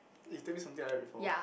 you tell me something like that before